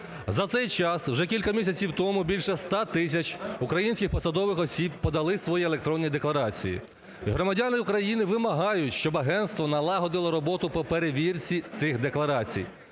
За цей час вже кілька місяців тому більше 100 тисяч українських посадових осіб подали свої електронні декларації. Громадяни України вимагають, щоб агентство налагодило роботу по перевірці цих декларацій.